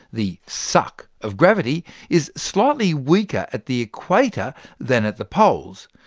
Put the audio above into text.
the suck of gravity is slightly weaker at the equator than at the poles,